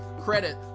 credit